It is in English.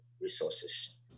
resources